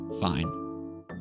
fine